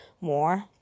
more